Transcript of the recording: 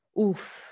oof